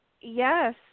Yes